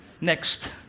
Next